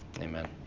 Amen